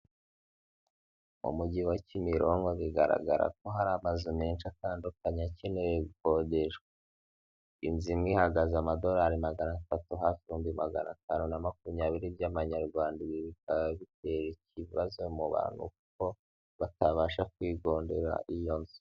Mu mujyi wa Kimironko bigaragara ko hari amazu menshi atandukanye akeneye gukodeshwa. Inzu imwe ihagaze amadolari magana atatu hafi ibihumbi magana atanu na makumyabiri by'amanyarwanda ibi bikaba bitera ikibazo mu bantu ko batabasha kwigondera iyo nzu.